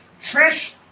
Trish